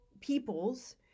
peoples